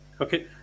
okay